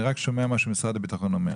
אני רק שומע מה שמשרד הביטחון אומר,